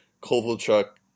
Kovalchuk